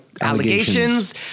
Allegations